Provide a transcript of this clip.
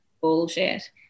bullshit